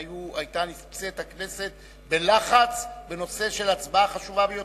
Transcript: היתה נמצאת הכנסת בלחץ בנושא של הצבעה חשובה ביותר.